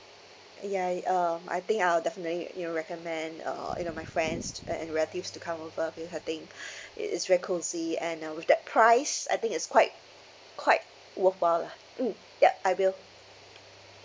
ya um I think I'll definitely you know recommend uh you know my friends and and relatives to come over because I think it is very cozy and uh with that price I think it's quite quite worthwhile lah mm ya I will